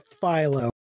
Philo